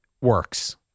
works